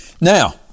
Now